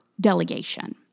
delegation